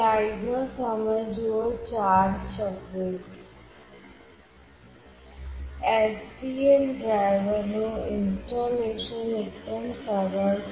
STM ડ્રાઈવરનું installation એકદમ સરળ છે